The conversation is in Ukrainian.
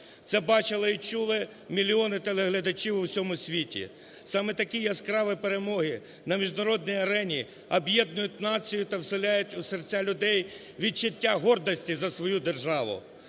Це бачили і чули мільйони телеглядачів в усьому світі. Саме такі яскраві перемоги на міжнародній арені об'єднують націю та всиляють у серця людей відчуття гордості за свою державу.